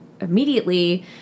immediately